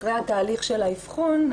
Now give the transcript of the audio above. אחרי התהליך של האבחון,